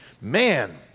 Man